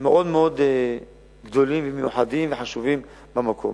מאוד מאוד גדולים ומיוחדים וחשובים במקום.